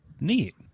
Neat